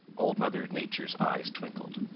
old mother nature's eyes twinkled.